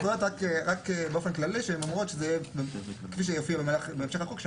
סמכויות רק באופן כללי שהם אומרות שזה יהיה כפי שיופיעו בהמשך החוק.